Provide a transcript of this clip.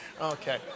Okay